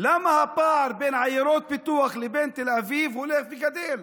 למה הפער בין עיירות הפיתוח לבין תל אביב הולך וגדל?